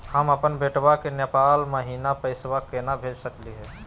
हम अपन बेटवा के नेपाल महिना पैसवा केना भेज सकली हे?